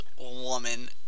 woman